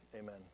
Amen